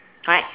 right